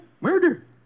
Murder